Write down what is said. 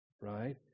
right